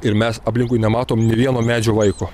ir mes aplinkui nematom nė vieno medžio vaiko